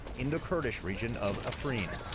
in the kurdish region of afrin.